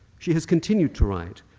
she has continued to write,